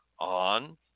on